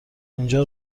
اینجا